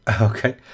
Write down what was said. okay